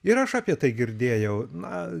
ir aš apie tai girdėjau na